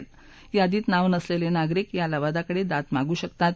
बादीत नाव नसललानागरिक या लवादाकडवाद मागू शकतात